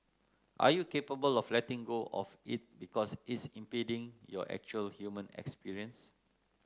are you capable of letting go of it because it's impeding your actual human experience